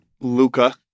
Luca